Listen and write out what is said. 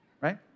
right